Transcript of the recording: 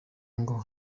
ngo